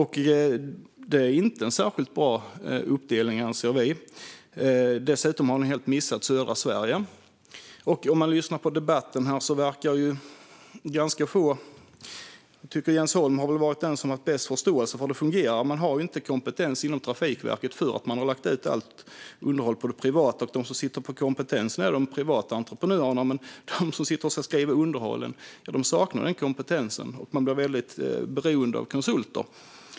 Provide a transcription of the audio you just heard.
Det är inte en särskilt bra uppdelning, anser vi. Dessutom har ni helt missat södra Sverige. I debatten här tycker jag att Jens Holm har varit den som har haft bäst förståelse för hur det fungerar. Man har inte kompetens inom Trafikverket, för man har lagt ut allt underhåll på det privata. De som sitter på kompetens är de privata entreprenörerna, men de som ska skriva om underhåll saknar den kompetensen. Man blir väldigt beroende av konsulter.